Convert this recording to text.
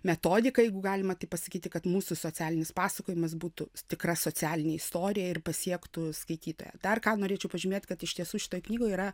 metodika jeigu galima taip pasakyti kad mūsų socialinis pasakojimas būtų tikra socialinė istorija ir pasiektų skaitytoją dar ką norėčiau pažymėt kad iš tiesų šitoj knygoj yra